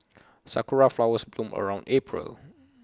Sakura Flowers bloom around April